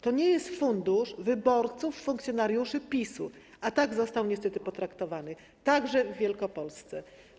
To nie jest fundusz wyborców, funkcjonariuszy PiS, a tak został niestety potraktowany, także w Wielkopolsce.